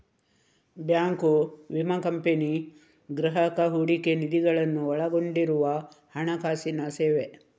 bank, ವಿಮಾ company, ಗ್ರಾಹಕ ಹೂಡಿಕೆ ನಿಧಿಗಳನ್ನು ಒಳಗೊಂಡಿರುವ ಹಣಕಾಸಿನ ಸೇವೆ